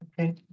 Okay